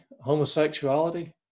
homosexuality